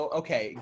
okay